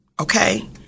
okay